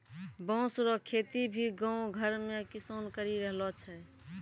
बाँस रो खेती भी गाँव घर मे किसान करि रहलो छै